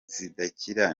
zidakira